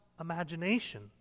imagination